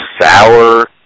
sour